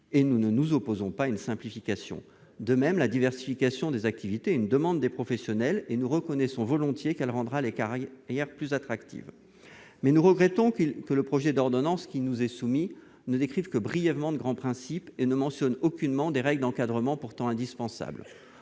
et nous ne nous opposons pas à une simplification. De même, la diversification des activités est une demande des professionnels et nous reconnaissons volontiers qu'elle rendra les carrières plus attractives. Mais nous regrettons que le projet d'ordonnance qui nous est soumis ne décrive que brièvement de grands principes et ne mentionne aucunement des règles d'encadrement pourtant indispensables.